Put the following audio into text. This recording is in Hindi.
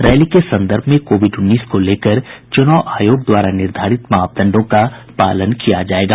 रैली के संदर्भ में कोविड उन्नीस को लेकर चुनाव आयोग द्वारा निर्धारित मापडंदों का पालन किया जायेगा